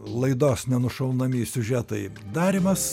laidos nenušaunami siužetai darymas